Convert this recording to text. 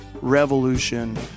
revolution